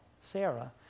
Sarah